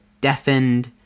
deafened